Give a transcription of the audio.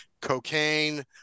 cocaine